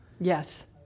yes